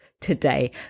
today